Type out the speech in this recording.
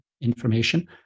information